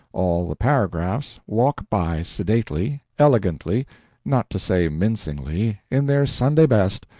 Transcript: all the paragraphs, walk by sedately, elegantly, not to say mincingly, in their sunday-best,